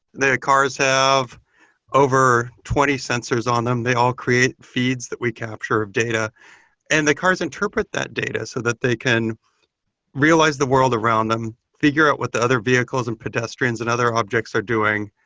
cars have over twenty sensors on them. they all create feeds that we capture of data and the cars interpret that data so that they can realize the world around them, figure out what the other vehicles and pedestrians and other objects are doing.